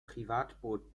privatboot